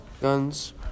guns